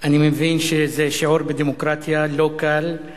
אני מבין שזה שיעור בדמוקרטיה לא קל,